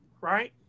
right